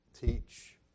teach